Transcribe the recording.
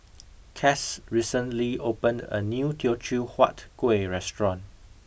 Cass recently opened a new teochew huat kuih restaurant